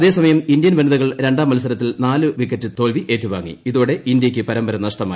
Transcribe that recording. അതേ സമയം ഇന്ത്യൻ വ്വകീതികൾ രണ്ടാം മത്സരത്തിൽ നാല് വിക്കറ്റ് തോൽവി ഏറ്റുവാങ്ങി ഇതോടെ ഇന്ത്യയ്ക്ക് പരമ്പര നഷ്ടമായി